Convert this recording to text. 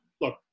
look